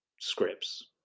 scripts